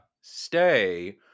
Stay